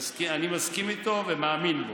אני מסכים איתו ומאמין בו.